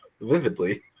vividly